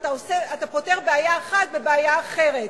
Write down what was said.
אתה פותר בעיה אחת בבעיה אחרת.